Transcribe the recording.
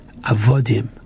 Avodim